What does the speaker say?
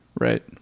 Right